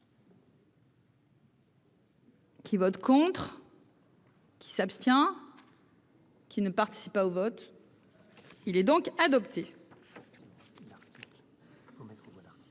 Qui vote contre. Qui s'abstient. Qui ne participent pas au vote, il est donc adopté.